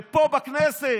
ופה בכנסת.